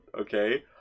Okay